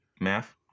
math